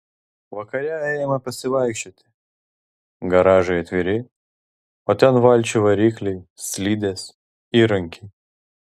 vakare ėjome pasivaikščioti garažai atviri o ten valčių varikliai slidės įrankiai